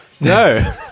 no